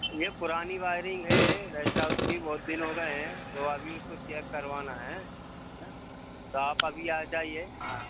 ये पुरानी वायरिंग है रेस्टहाउस की बहुत दिन हो गए हैं तो अभी उसको चेक करवाना है है ना तो आप अभी आ जाइए हाँ